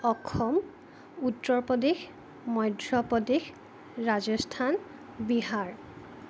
Assam Uttar Pradesh Madhya Pradesh Rajasthan Bihar